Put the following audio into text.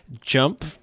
jump